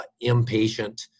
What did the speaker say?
impatient